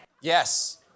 Yes